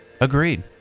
Agreed